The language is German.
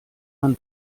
man